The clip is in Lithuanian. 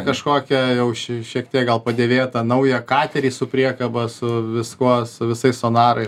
kažkokią jau šie šiek tiek gal padėvėtą naują katerį su priekaba su viskuo su visais sonarai